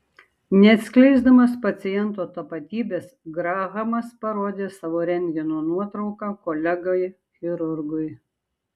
neatskleisdamas paciento tapatybės grahamas parodė savo rentgeno nuotrauką kolegai chirurgui